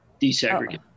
desegregate